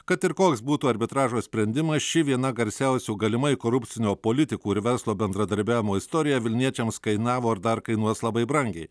kad ir koks būtų arbitražo sprendimas ši viena garsiausių galimai korupcinio politikų ir verslo bendradarbiavimo istorija vilniečiams kainavo ar dar kainuos labai brangiai